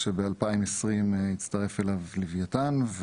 כשב-2020 הצטרף אליו לוויתן,